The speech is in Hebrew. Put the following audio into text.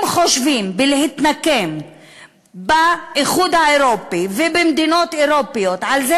אם חושבים להתנקם באיחוד האירופי ובמדינות אירופיות על זה